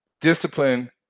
Discipline